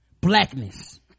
Blackness